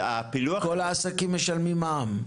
אבל כל העסקים משלמים מע"מ.